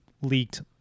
leaked